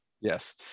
Yes